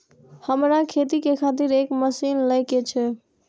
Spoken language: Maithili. हमरा खेती के खातिर एक मशीन ले के छे?